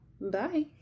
Bye